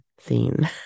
theme